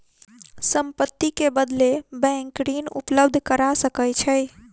संपत्ति के बदले बैंक ऋण उपलब्ध करा सकै छै